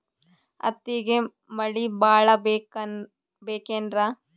ಹತ್ತಿಗೆ ಮಳಿ ಭಾಳ ಬೇಕೆನ್ರ?